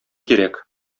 кирәк